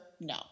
No